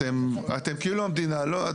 מהבחינה הזאת,